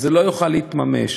זה לא יוכל להתממש.